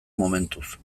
momentuz